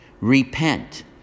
Repent